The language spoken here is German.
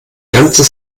ganze